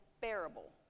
bearable